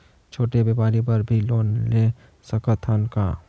छोटे व्यापार बर भी लोन ले सकत हन का?